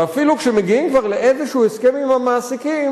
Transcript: ואפילו כשמגיעים כבר לאיזשהו הסכם עם המעסיקים,